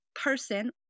person